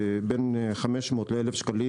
בין 500 ל-1,000 שקלים,